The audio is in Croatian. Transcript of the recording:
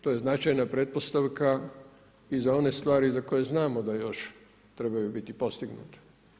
To je značajna pretpostavka i za one stvari za koje znamo da još trebaju biti postignute.